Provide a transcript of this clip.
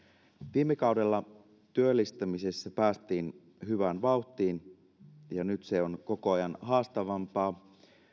viime kaudella työllistämisessä päästiin hyvään vauhtiin ja nyt se on koko ajan haastavampaa